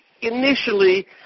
initially